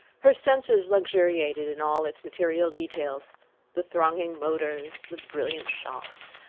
her senses luxuriated in all its material details the thronging motors, the brilliant shops,